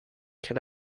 can